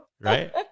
right